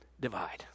Divide